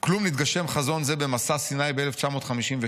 "כלום נתגשם חזון זה ב'מסע סיני' ב-1956,